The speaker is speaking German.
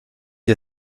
ihr